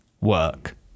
work